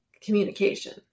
communication